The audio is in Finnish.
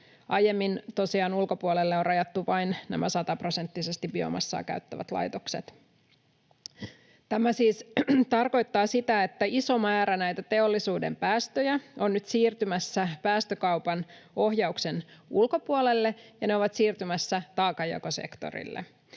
tosiaan ulkopuolelle on rajattu vain 100-prosenttisesti biomassaa käyttävät laitokset. Tämä siis tarkoittaa sitä, että iso määrä näitä teollisuuden päästöjä on nyt siirtymässä päästökaupan ohjauksen ulkopuolelle, ja ne ovat siirtymässä taakanjakosektorille.